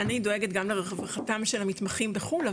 אני דואגת גם לרווחתם של המתמחים בחו"ל,